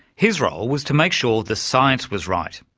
his role was to make sure the science was right.